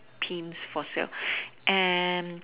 themes for sale an